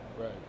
right